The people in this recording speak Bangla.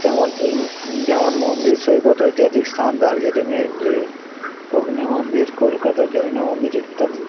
যেমন এই যেমন মন্দির সৈকত ঐতিহাতিক স্থান দার্জিলিংয়ের গ্লি অগ্নি মন্দির কলকাতার জৈন মন্দির ইত্যাদি